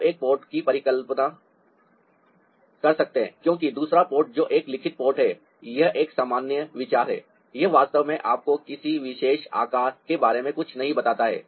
आप एक पॉट की भी कल्पना कर सकते हैं क्योंकि दूसरा पॉट जो एक लिखित पॉट है यह एक सामान्य विचार है यह वास्तव में आपको किसी विशेष आकार के बारे में कुछ नहीं बताता है